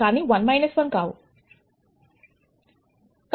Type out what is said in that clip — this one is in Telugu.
కానీ 1 1 కావు